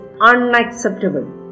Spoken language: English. unacceptable